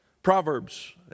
Proverbs